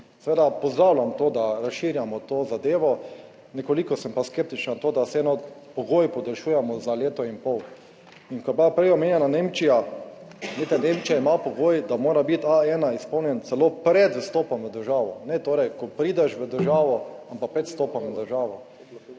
Seveda pozdravljam to, da razširjamo to zadevo, nekoliko sem pa skeptičen to, da vseeno pogoj podaljšujemo za leto in pol. In ko je bila prej omenjena Nemčija, glejte, Nemčija ima pogoj, da mora biti A1 izpolnjen celo pred vstopom v državo, ne torej, ko prideš v državo, ampak pred vstopom v državo.